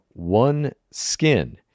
OneSkin